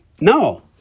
No